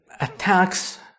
attacks